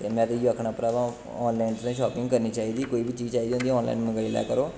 ते में ते इयो आक्खना भ्रावा आनलाइन तुसें शापिंग करनी चाहिदी कोई बी चीज़ चाहिदी होंदी आनलाइन मंगाई लै करो